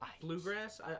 Bluegrass